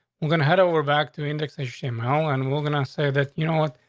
we're gonna head over back to index a shame hole, and we're gonna say that you know what?